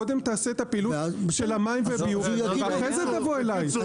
קודם תעשה את הפעילות של מים וביוב ואחרי זה תבוא אליי.